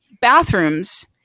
bathrooms